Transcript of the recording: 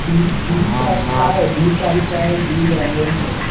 ॿी ॿी तारीख़ आहे ॿी तारीक आहे ॿी जैनवरी जो